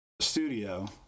studio